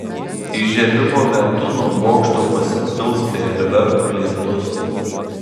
įžiebimo metu nuo bokšto pasipils fejerverkų lietus